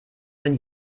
wenn